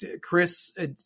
Chris